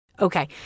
Okay